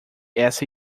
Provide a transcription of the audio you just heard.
essa